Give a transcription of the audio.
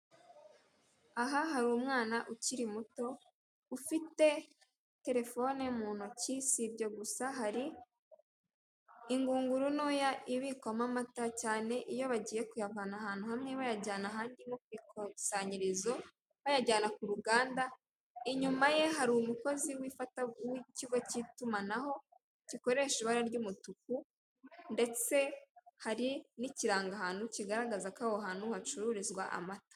Aha hari umwana ukiri muto ufite terefone mu ntoki, si ibyo gusa hari ingunguru ntoya ibikwamo amata cyane iyo bagiye kuyavana ahantu hamwe bayajyana ahandi nko ku ikusanyirizo bayajyana ku ruganda, inyuma ye hari umukozi w'ikigo cy'itumanaho gikoresha ibara ry'umutuku ndetse hari n'ikirangahantu kigaragaza ko aho hantu hacururizwa amata.